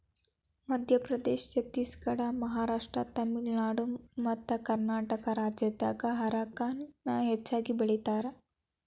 ಮಧ್ಯಪ್ರದೇಶ, ಛತ್ತೇಸಗಡ, ಮಹಾರಾಷ್ಟ್ರ, ತಮಿಳುನಾಡು ಮತ್ತಕರ್ನಾಟಕ ರಾಜ್ಯದಾಗ ಹಾರಕ ನ ಹೆಚ್ಚಗಿ ಬೆಳೇತಾರ